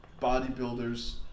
bodybuilders